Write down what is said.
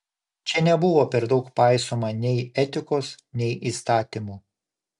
čia nebuvo per daug paisoma nei etikos nei įstatymų